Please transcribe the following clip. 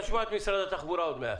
אנחנו נשמע עוד מעט